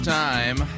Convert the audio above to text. time